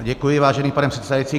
Děkuji, vážený pane předsedající.